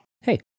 Hey